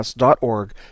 org